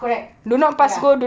correct ya